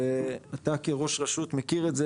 ואתה כראש רשות מכיר את זה,